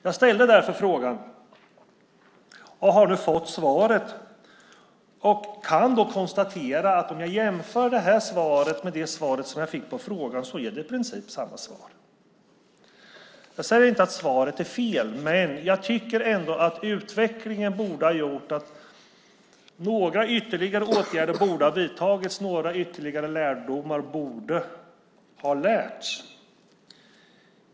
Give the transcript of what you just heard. Jag ställde därför frågan och har nu fått svaret och kan konstatera att jämfört med det svar jag fick på frågan i somras är det i princip samma svar. Jag säger inte att svaret är fel, men jag tycker ändå att utvecklingen borde ha gjort att några ytterligare åtgärder hade vidtagits, och några ytterligare lärdomar borde ha dragits.